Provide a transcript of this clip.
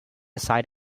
sigh